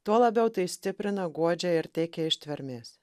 tuo labiau tai stiprina guodžia ir teikia ištvermės